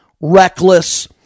reckless